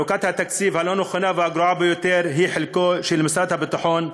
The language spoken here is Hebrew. חלוקת התקציב הלא-נכונה והגרועה ביותר היא חלקו של משרד הביטחון,